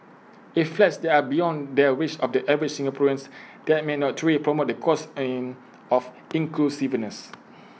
if flats there are beyond the reach of the average Singaporeans that may not truly promote the cause and of inclusiveness